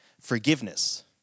forgiveness